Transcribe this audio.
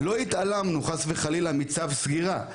לא התעלמנו חלילה מצו סגירה.